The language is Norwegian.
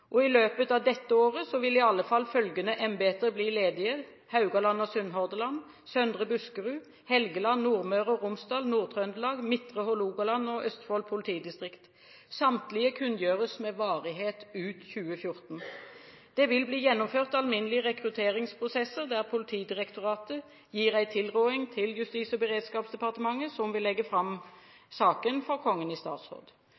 I løpet av dette året vil i alle fall følgende embeter bli ledige: Haugaland og Sunnhordland, Søndre Buskerud, Helgeland, Nordmøre og Romsdal, Nord-Trøndelag, Midtre Hålogaland og Østfold politidistrikt. Samtlige kunngjøres med varighet ut 2014. Det vil bli gjennomført alminnelige rekrutteringsprosesser, der Politidirektoratet gir en tilråding til Justis- og beredskapsdepartementet, som vil legge fram saken for Kongen i statsråd.